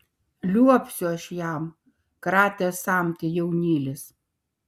liuobsiu aš jam kratė samtį jaunylis